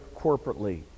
corporately